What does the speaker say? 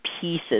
pieces